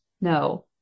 no